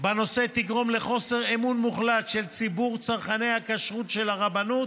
בנושא תגרום לחוסר אמון מוחלט של ציבור צרכני הכשרות של הרבנות